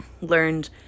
learned